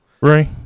Right